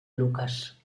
lucas